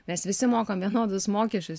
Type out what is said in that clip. mes visi mokam vienodus mokesčius